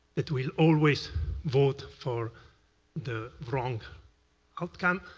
it will always vote for the wrong outcome.